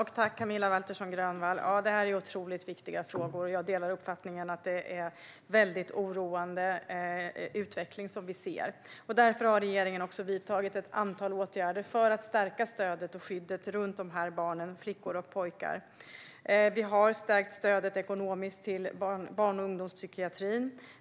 Herr talman! Detta är otroligt viktiga frågor, och jag delar uppfattningen att det är en väldigt oroande utveckling vi ser. Därför har regeringen också vidtagit ett antal åtgärder för att stärka stödet och skyddet för dessa barn - flickor och pojkar. Vi har stärkt stödet ekonomiskt till barn och ungdomspsykiatrin.